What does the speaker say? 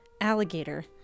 alligator